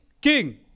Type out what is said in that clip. King